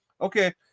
Okay